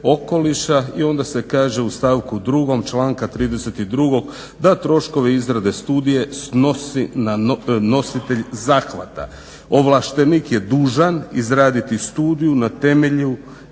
i onda se kaže u stavku 2. članka 32. da troškovi izrade studije snosi nositelj zahvata. Ovlaštenik je dužan izraditi studiju na temelju